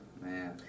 Man